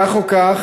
כך או כך,